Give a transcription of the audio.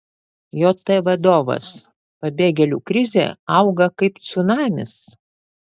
jt vadovas pabėgėlių krizė auga kaip cunamis